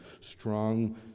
strong